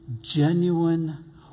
genuine